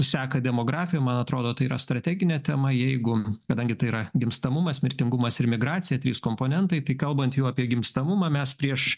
seka demografiją man atrodo tai yra strateginė tema jeigu kadangi tai yra gimstamumas mirtingumas ir migracija trys komponentai tai kalbant jau apie gimstamumą mes prieš